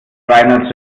schreiner